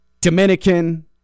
Dominican